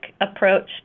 approach